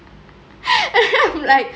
and then I'm like